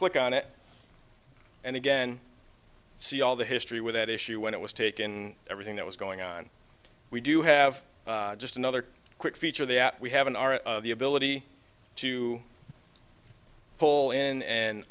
click on it and again see all the history with that issue when it was taken everything that was going on we do have just another quick feature that we have in our ability to pull in